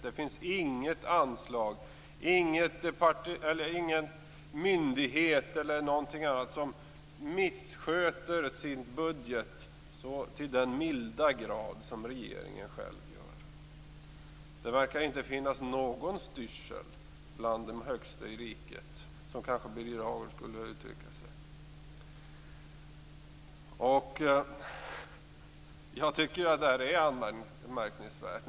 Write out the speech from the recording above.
Det finns inget anslag, ingen myndighet e.d. som missköter sin budget så till den milda grad som regeringen själv gör. Det verkar inte finnas någon styrsel bland de högsta i riket - som kanske Birger Hagård skulle ha uttryckt sig. Jag tycker att detta är anmärkningsvärt.